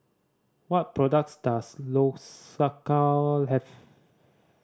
what products does Lsocal have